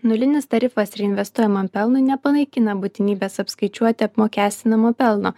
nulinis tarifas reinvestuojamam pelnui nepanaikina būtinybės apskaičiuoti apmokestinamo pelno